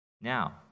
Now